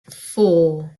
four